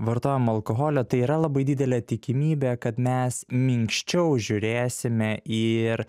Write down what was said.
vartojam alkoholio tai yra labai didelė tikimybė kad mes minkščiau žiūrėsime ir